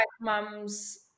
mum's